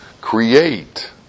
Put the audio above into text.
create